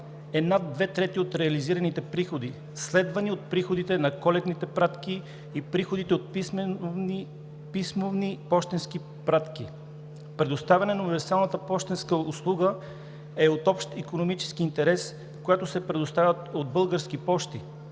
е над две трети от реализираните приходи, следвани от приходите на коледните пратки и приходите от писмени пощенски пратки. Предоставянето на универсалната пощенска услуга е от общ икономически интерес. Тя се предоставя от Български пощи